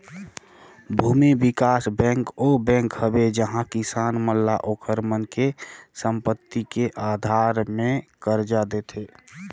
भूमि बिकास बेंक ओ बेंक हवे जिहां किसान मन ल ओखर मन के संपति के आधार मे करजा देथे